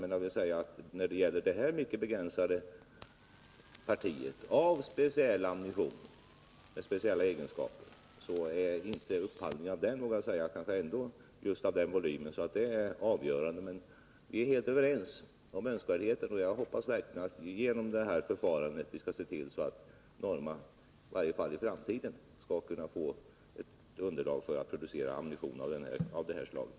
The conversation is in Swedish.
Men när det gäller det här mycket begränsade partiet av speciell ammunition med speciella egenskaper är inte upphandlingen av sådan volym att den är avgörande. Vi är emellertid helt överens om önskvärdheten av att också anlita Norma, och jag hoppas verkligen att vi genom det här förfarandet skall se till, att Norma i varje fall i framtiden skall kunna få ett underlag för att producera ammunition av det här slaget.